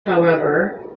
however